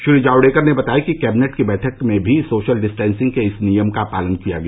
श्री जावड़ेकर ने बताया कि कैबिनेट की बैठक में भी सोशल डिस्टेंसिंग के इस नियम का पालन किया गया